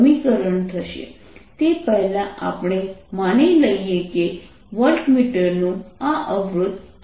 સમીકરણ થશે તે પહેલાં આપણે માની લઈએ કે વોલ્ટમીટર નું આ અવરોધ R છે